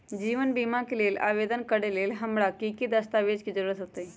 जीवन बीमा के लेल आवेदन करे लेल हमरा की की दस्तावेज के जरूरत होतई?